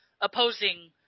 opposing